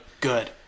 good